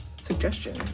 Suggestion